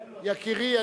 יקירי,